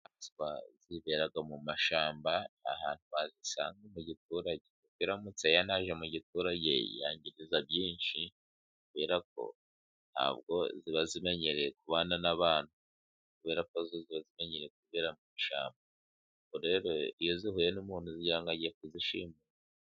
Isatura zibera mu mashyamba nta hantu wayisanga mu giturage, ubwo iramutse yanaje mu giturage yangiriza byinshi kuberako ntabwo ziba zimenyereye kubana n'abantu, kuberako zo ziba zimenyereye kwibera mu mashyamba. Iyo zihuye n'umuntu zigira ngo agiye kuzishimuta